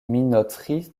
minoterie